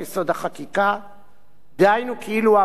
דהיינו כאילו הוא עבר ארבע קריאות בכנסת,